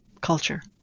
culture